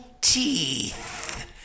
teeth